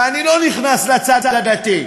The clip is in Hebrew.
ואני לא נכנס לצד הדתי,